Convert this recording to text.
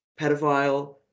pedophile